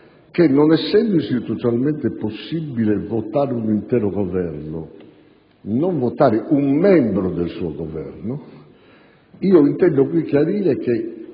che, non essendo istituzionalmente possibile votare un intero governo e non votare un membro dello stesso Governo, non intendo concedere la